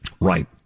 Right